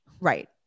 right